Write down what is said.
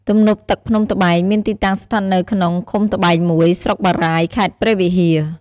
ទំនប់ទឹកភ្នំត្បែង មានទីតាំងស្ថិតនៅក្នុង ឃុំត្បែង ១ ស្រុកបារាយណ៍ ខេត្តព្រះវិហារ។